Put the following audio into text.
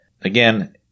Again